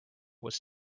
was